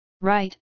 Right